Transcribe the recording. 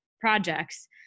projects